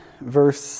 verse